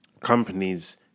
companies